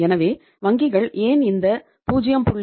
எனவே வங்கிகள் ஏன் இந்த 0